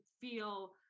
feel